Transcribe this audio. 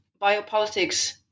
biopolitics